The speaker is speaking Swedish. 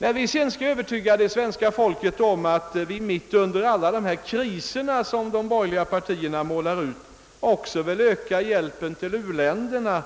När vi sedan skall övertyga svenska folket om att vi mitt i alla dessa kriser, som de borgerliga målar upp, vill öka hjälpen till u-länderna,